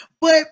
But-